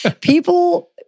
people